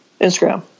Instagram